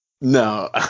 no